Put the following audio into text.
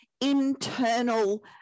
internal